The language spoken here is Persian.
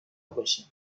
باشه